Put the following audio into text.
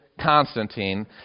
Constantine